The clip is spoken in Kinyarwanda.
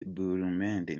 bermude